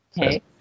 Okay